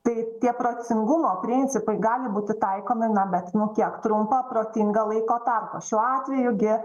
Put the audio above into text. tai tie procingumo principai gali būti taikomi na bet nu kiek trumpą protingą laiko tarpą šiuo atveju gi